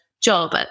job